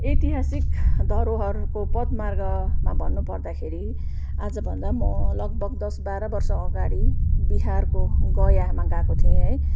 ऐतिहासिक धरोहरको पदमार्गमा भन्नुपर्दाखेरि आजभन्दा म लगभग दस बाह्र वर्षअगाडि बिहारको गयामा गएको थिएँ है